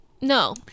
no